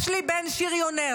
יש לי בן שריונר.